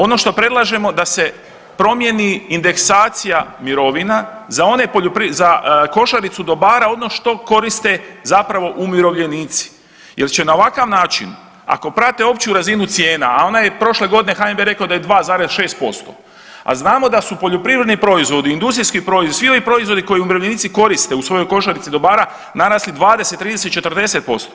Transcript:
Ono što predlažemo da se promijeni indeksacija mirovina za košaricu dobara ono što koriste zapravo umirovljenici jel će na ovakav način ako prate opću razinu cijena, a ona je prošle godine HNB je rekao da je 2,6%, a znamo da su poljoprivredni proizvodi, industrijski proizvodi koji umirovljenici koriste u svojoj košarici dobara narasli 20, 20, 40%